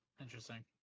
Interesting